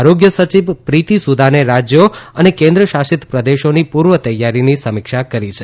આરોગ્ય સચિવ પ્રીતિ સુદાને રાજ્યો અને કેન્દ્રશાસિત પ્રદેશોની પૂર્વ તૈયારીની સમીક્ષા કરી છે